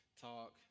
talk